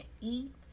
eat